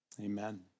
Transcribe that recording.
Amen